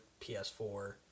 ps4